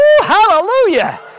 Hallelujah